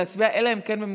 אלא אם כן,